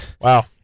Wow